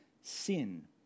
sin